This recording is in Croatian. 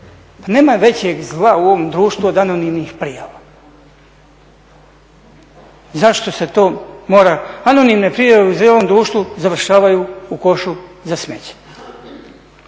Nema većeg zla u ovom društvu od anonimnih prijava. Zašto se to mora, anonimne prijave u zrelom društvu završavaju u košu za smeće.